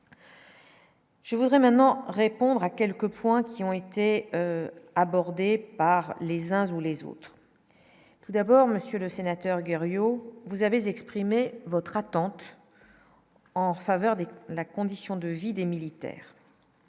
Je voudrais maintenant répondre à quelques points qui ont été abordés par les uns ou les autres, tout d'abord, Monsieur le Sénateur, Guerriau, vous avez exprimé votre attente en faveur des coûts, la condition de vie des militaires,